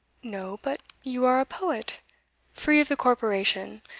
no but you are a poet free of the corporation,